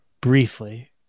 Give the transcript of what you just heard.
Briefly